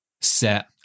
set